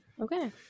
Okay